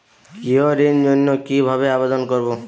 গৃহ ঋণ জন্য কি ভাবে আবেদন করব?